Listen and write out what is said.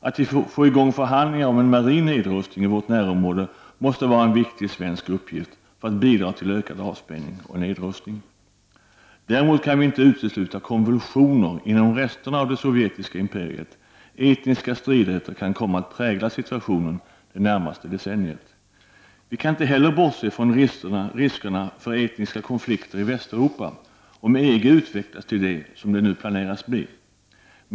Att få i gång förhandlingar om en marin nedrustning i vårt närområde måste vara en viktig svensk uppgift för att bidra till ökad avspänning. Däremot kan vi inte utesluta konvulsioner inom resterna av det sovjetiska imperiet. Etniska stridigheter kan komma att prägla situationen det närmaste decenniet. Vi kan inte heller bortse från riskerna för etniska konflikter i Västeuropa om EG utvecklas till det som det nu planeras bli.